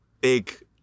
big